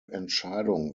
entscheidung